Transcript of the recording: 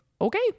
okay